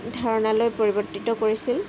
ধাৰণালৈ পৰিৱৰ্তিত কৰিছিল